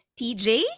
TJ